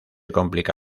complica